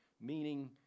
meaning